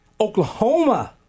Oklahoma